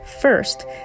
first